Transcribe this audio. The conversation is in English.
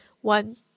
one